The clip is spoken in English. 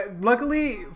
luckily